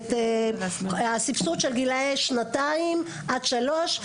הסבסוד של גילאי שנתיים עד שלוש,